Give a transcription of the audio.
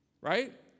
right